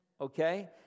okay